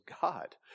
God